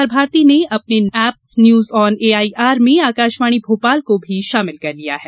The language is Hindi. प्रसार भारती ने अपने एप न्यूज आन एआईआर में आकाशवाणी भोपाल को भी शामिल कर लिया है